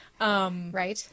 Right